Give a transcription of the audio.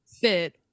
fit